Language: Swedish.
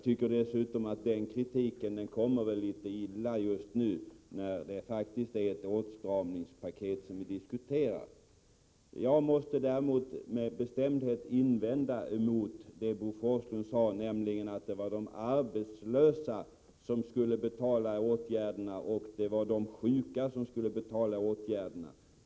Den kritiken, Bo Forslund, passar dessutom illa just nu när det faktiskt är ett åtstramningspaket som vi diskuterar. Jag måste med bestämdhet invända mot Bo Forslunds uttalande att det hade varit de arbetslösa och de sjuka som hade fått betala besparingsåtgärderna.